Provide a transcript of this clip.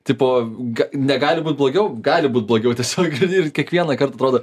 tipo ga negali būt blogiau gali būti blogiau tiesiog eini ir kiekvienąkart atrodo